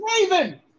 Raven